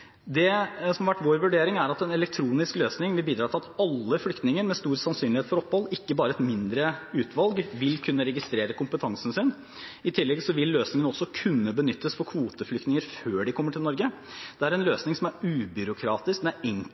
Det som har vært vår vurdering, er at en elektronisk løsning vil bidra til at alle flyktninger som med stor sannsynlighet får opphold, ikke bare et mindre utvalg, vil kunne registrere kompetansen sin. I tillegg vil løsningen også kunne benyttes for kvoteflyktninger før de kommer til Norge. Det er en løsning som er ubyråkratisk,